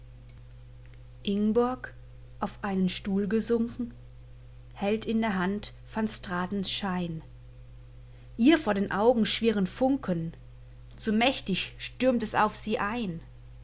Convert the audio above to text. ingborg auf einen stuhl gesunken hält in der hand van stratens schein ihr vor den augen schwirren funken zu mächtig stürmt es auf sie ein